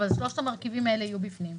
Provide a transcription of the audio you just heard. אבל שלושת המרכיבים האלה יהיו בפנים.